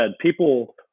people